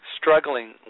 struggling